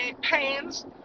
pains